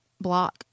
block